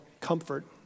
comfort